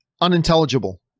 unintelligible